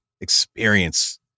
experience